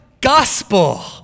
gospel